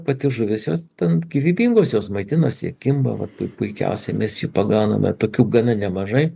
pati žuvis jos ten gyvybingos jos maitinosi kimbama puikiausiai mes jųį pagauname tokių gana nemažai